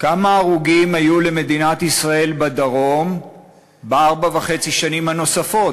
כמה הרוגים היו למדינת ישראל בדרום בארבע וחצי השנים הנוספות,